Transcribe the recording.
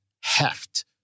heft